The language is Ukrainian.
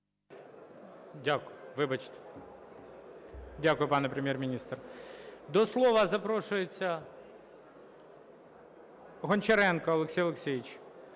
Дякую. Вибачте… Дякую, пане Прем'єр-міністр. До слова запрошується Гончаренко Олексій Олексійович.